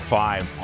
five